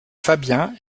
fabien